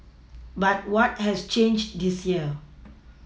but what has changed this year